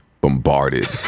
bombarded